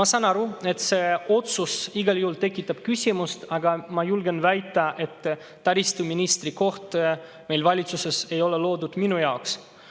Ma saan aru, et see otsus tekitab igal juhul küsimusi. Aga ma julgen väita, et taristuministri koht meil valitsuses ei ole loodud minu jaoks.